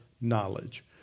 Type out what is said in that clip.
knowledge